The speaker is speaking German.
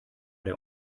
der